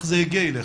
איך הוא הגיע אליך.